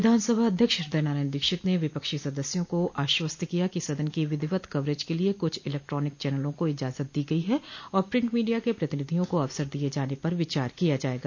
विधानसभा अध्यक्ष हृदय नारायण दीक्षित ने विपक्षी सदस्यों को आश्वस्त किया कि सदन की विधिवत कवरेज के लिये कुछ इलेक्ट्रानिक चैनलों को इजाजत दी गई है और प्रिंट मीडिया के प्रतिनिधियों को अवसर दिये जाने पर विचार किया जायेगा